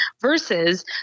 Versus